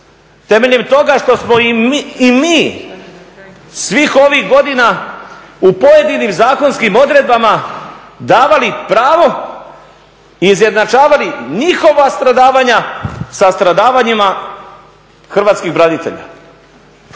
Temeljem toga što smo im i mi svih ovih godina u pojedinim zakonskim odredbama davali pravo i izjednačavali njihova stradavanja sa stradavanjima hrvatskih branitelja.